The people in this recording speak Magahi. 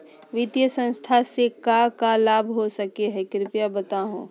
वित्तीय संस्था से का का लाभ हो सके हई कृपया बताहू?